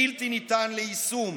בלתי ניתן ליישום.